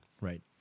Right